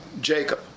Jacob